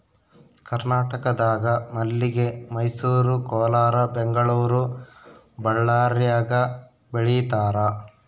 ಕರ್ನಾಟಕದಾಗ ಮಲ್ಲಿಗೆ ಮೈಸೂರು ಕೋಲಾರ ಬೆಂಗಳೂರು ಬಳ್ಳಾರ್ಯಾಗ ಬೆಳೀತಾರ